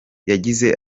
yagize